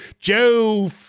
Joe